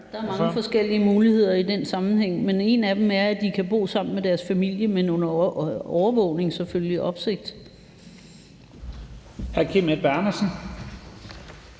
Der er mange forskellige muligheder i den sammenhæng, men en af dem er, at de kan bo sammen med deres familie, selvfølgelig med noget